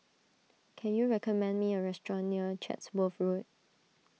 can you recommend me a restaurant near Chatsworth Road